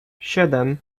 siedem